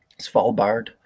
Svalbard